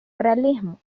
realismo